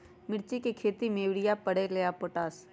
मिर्ची के खेती में यूरिया परेला या पोटाश?